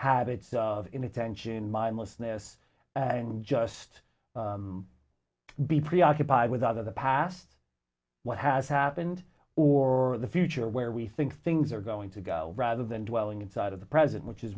habits of inattention mindlessness and just be preoccupied with other the past what has happened or the future where we think things are going to go rather than dwelling inside of the present which is